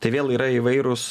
tai vėl yra įvairūs